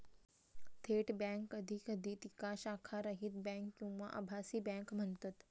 थेट बँक कधी कधी तिका शाखारहित बँक किंवा आभासी बँक म्हणतत